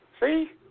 See